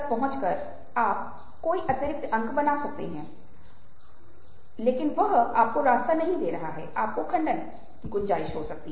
सहानुभूति के लिए कुछ प्रकार की गतिविधियों कुछ प्रकार के कार्यों का नेतृत्व करना चाहिए जो कि आप जो कुछ भी कर रहे हैं उसे संक्षिप्त करते हैं